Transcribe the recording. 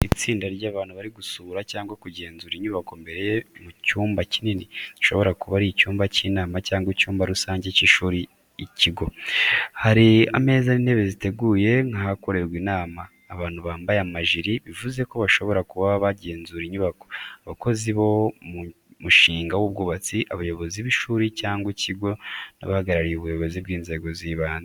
Itsinda ry’abantu bari gusura cyangwa kugenzura inyubako imbere mu cyumba kinini, gishobora kuba ari icyumba cy’inama cyangwa icyumba rusange cy’ishuri ikigo. Hari ameza n'intebe ziteguye nk'ahakorerwa inama. Abantu bambaye amajiri, bivuze ko bashobora kuba abagenzura inyubako, abakozi bo mu mushinga w’ubwubatsi, abayobozi b’ishuri cyangwa ikigo, n'abahagarariye ubuyobozi bw’inzego z’ibanze.